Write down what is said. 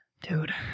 Dude